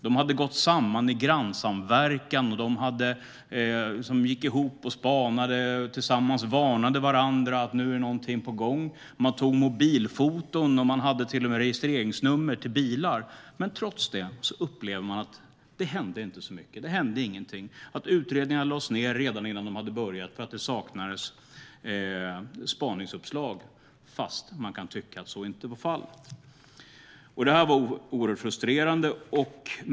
De hade gått samman i grannsamverkan, spanade tillsammans och varnade varandra för att nu var det någonting på gång. Man tog mobilfoton och man hade till och med registreringsnummer på bilar. Men trots det upplevde man att det inte hände så mycket. Det hände ingenting. Utredningarna lades ned redan innan de hade påbörjats eftersom det saknades spaningsuppslag, fast man kan tycka att så inte var fallet. Det här var oerhört frustrerande.